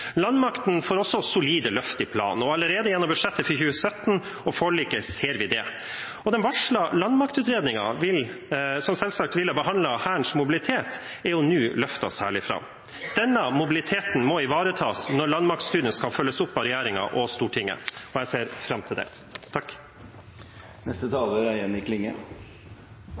Landmakten får også solide løft i planen. Allerede gjennom budsjettet for 2017 og forliket ser vi det. Den varslede landmaktutredningen, som selvsagt vil behandle Hærens mobilitet, er nå løftet særlig fram. Denne mobiliteten må ivaretas når landmaktstudien skal følges opp av regjeringen og Stortinget. Jeg ser fram til det. Forsvaret vårt skal forsvare oss mot truslar. I alt vi har av forsvarsgreiner og militære avdelingar, er